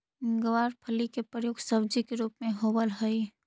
गवारफली के प्रयोग सब्जी के रूप में होवऽ हइ